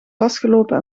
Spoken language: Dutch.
vastgelopen